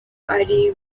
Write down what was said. ari